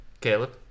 Caleb